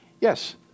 Yes